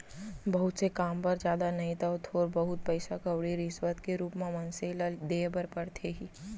बहुत से काम बर जादा नइ तव थोर बहुत पइसा कउड़ी रिस्वत के रुप म मनसे ल देय बर परथे ही